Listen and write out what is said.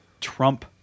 Trump